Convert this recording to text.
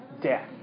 death